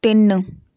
ਤਿੰਨ